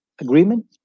agreement